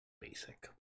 Basic